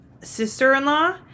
sister-in-law